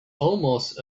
almost